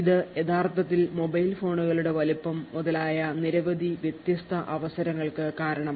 ഇതു യഥാർത്ഥത്തിൽ മൊബൈൽ ഫോണുകളുടെ വലുപ്പം മുതലായ നിരവധി വ്യത്യസ്ത അവസരങ്ങൾക്കു കാരണമായി